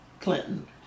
Clinton